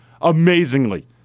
amazingly